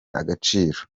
agaciro